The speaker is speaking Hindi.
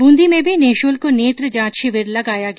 ब्रंदी में भी निःशुल्क नेत्र जांच शिविर लगाया गया